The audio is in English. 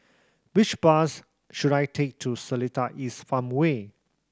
which bus should I take to Seletar East Farmway